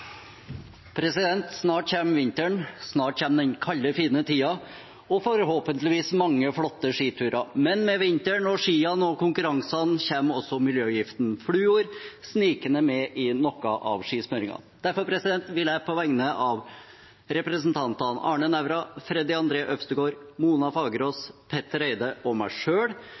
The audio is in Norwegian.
Snart kommer vinteren, snart kommer den kalde, fine tida og forhåpentligvis mange flotte skiturer. Men med vinteren og skiene og konkurransene kommer også miljøgiften fluor snikende med i noe av skismurningen. Derfor vil jeg på vegne av representantene Arne Nævra, Freddy André Øvstegård, Mona Fagerås, Petter Eide og meg